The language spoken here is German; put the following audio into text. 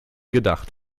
gedacht